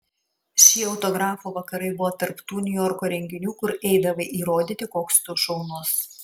šie autografų vakarai buvo tarp tų niujorko renginių kur eidavai įrodyti koks tu šaunus